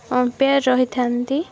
umpire ରହିଥାନ୍ତି